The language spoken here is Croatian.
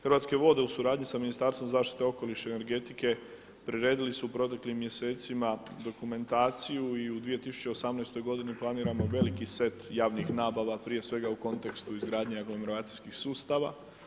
Hrvatske vode u suradnji sa Ministarstvom zaštite okoliša i energetike priredili su u proteklim mjesecima dokumentaciju i u 2018. godini planiramo veliki set javnih nabava, prije svega u kontekstu izgradnje aglomeracijskih sustava.